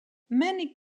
many